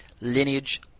lineage